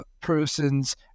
person's